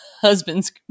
husband's